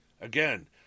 Again